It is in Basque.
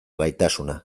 gaitasuna